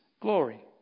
glory